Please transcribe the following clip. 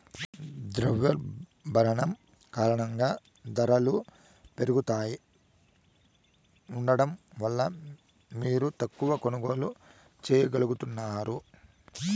ద్రవ్యోల్బణం కారణంగా దరలు పెరుగుతా ఉండడం వల్ల మీరు తక్కవ కొనుగోల్లు చేయగలుగుతారు